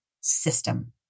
system